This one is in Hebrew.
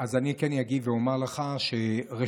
אני כן אגיד ואומר לך שראשית,